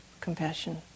compassion